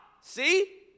see